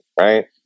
right